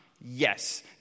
Yes